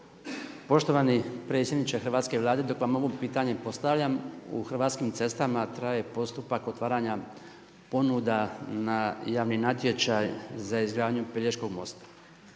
Poštovani predsjedniče hrvatske Vlade dok vam ovo pitanje postavljam u Hrvatskim cestama traje postupak otvaranja ponuda na javni natječaj za izgradnju Pelješkog mosta.